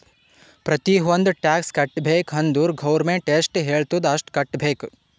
ಪ್ರತಿ ಒಂದ್ ಟ್ಯಾಕ್ಸ್ ಕಟ್ಟಬೇಕ್ ಅಂದುರ್ ಗೌರ್ಮೆಂಟ್ ಎಷ್ಟ ಹೆಳ್ತುದ್ ಅಷ್ಟು ಕಟ್ಟಬೇಕ್